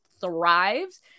thrives